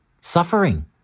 suffering